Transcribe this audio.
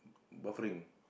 buffering